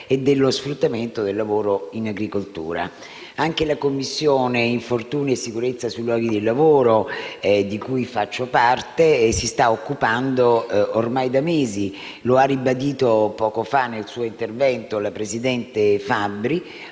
e dello sfruttamento del lavoro in agricoltura. Anche la Commissione infortuni e sicurezza sui luoghi di lavoro, di cui faccio parte, si sta occupando ormai da mesi - lo ha ribadito poco fa nel suo intervento la presidente Fabbri